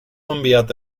enviat